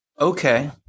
Okay